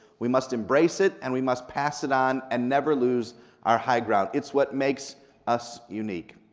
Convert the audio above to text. we must embrace it, and we must pass it on and never lose our high ground. it's what makes us unique,